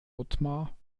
otmar